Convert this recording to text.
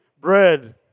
bread